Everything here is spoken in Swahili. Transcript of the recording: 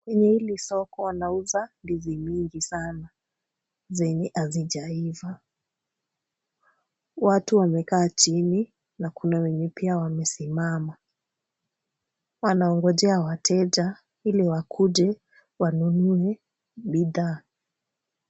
Kwenye hili soko wanauza ndizi mingi sana zenye hazijaiva. Watu wamekaa chini na kuna wenye pia wamesimama. Wanangojea wateja ili wakuje wanunue bidhaa.